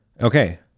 Okay